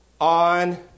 on